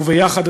וביחד,